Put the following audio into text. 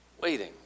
waiting